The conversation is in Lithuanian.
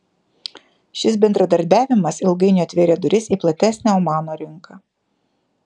šis bendradarbiavimas ilgainiui atvėrė duris į platesnę omano rinką